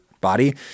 body